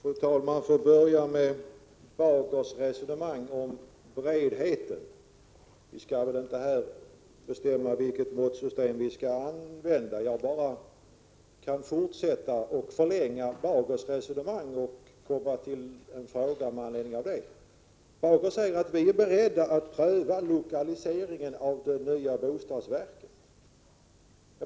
Fru talman! Låt mig börja med Erling Bagers resonemang om bredden. Vi skall väl inte här bestämma vilket måttsystem vi skall använda. Jag kan bara fortsätta Erling Bagers resonemang och komma till en fråga med anledning av det. Erling Bager säger att man i folkpartiet är beredd att pröva lokaliseringen av det nya bostadsverket.